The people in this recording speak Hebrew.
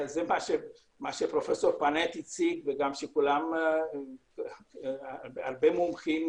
זה מה שפרופ' פנט הציג, שמביאים הרבה מומחים